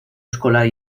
escolar